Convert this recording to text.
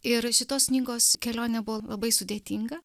ir šitos knygos kelionė buvo labai sudėtinga